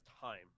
time